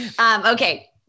Okay